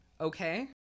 okay